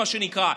מה שנקרא.